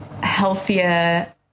healthier